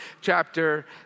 chapter